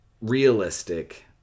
realistic